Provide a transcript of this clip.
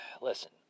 listen